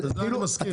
בזה אני מסכים.